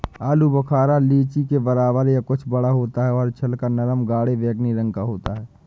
आलू बुखारा लीची के बराबर या कुछ बड़ा होता है और छिलका नरम गाढ़े बैंगनी रंग का होता है